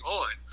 on